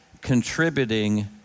contributing